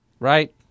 Right